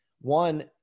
one